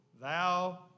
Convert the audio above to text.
thou